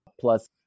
plus